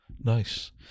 Nice